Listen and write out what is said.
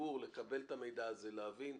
לציבור לקבל את המידע הזה, להבין.